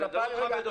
אתה לא מכבד אותי.